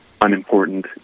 unimportant